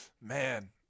Man